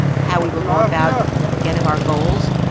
how we will go about getting our goals.